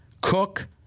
Cook